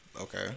Okay